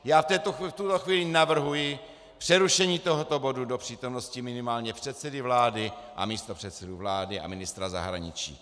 V tuto chvíli navrhuji přerušení tohoto bodu do přítomnosti minimálně předsedy vlády a místopředsedů vlády a ministra zahraničí.